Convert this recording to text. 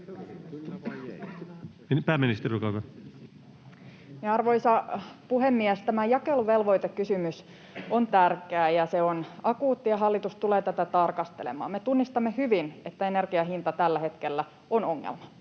Arvoisa puhemies! Tämä jakeluvelvoitekysymys on tärkeä, ja se on akuutti, ja hallitus tulee tätä tarkastelemaan. Me tunnistamme hyvin, että energian hinta tällä hetkellä on ongelma.